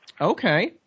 Okay